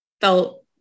felt